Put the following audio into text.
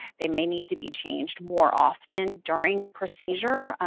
they may need to be changed more often during the procedure,